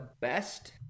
best